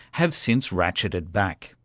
have since ratcheted back.